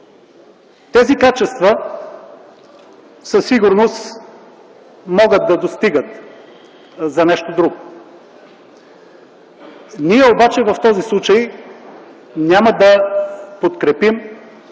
Тези качества със сигурност могат да достигат за нещо друго. Ние обаче в този случай – няма да подкрепим.